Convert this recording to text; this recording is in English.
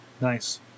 Nice